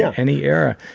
yeah any era.